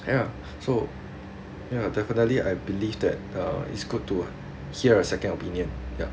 ya so ya definitely I believe that uh is good to hear a second opinion ya